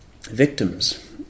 victims